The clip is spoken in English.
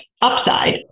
upside